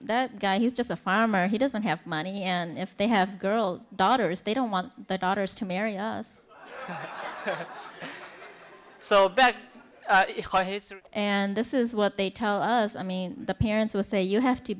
that guy he's just a farmer he doesn't have money and if they have girls daughters they don't want the daughters to marry so back and this is what they tell us i mean the parents will say you have to